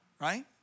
right